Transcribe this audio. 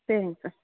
சரிங்க சார்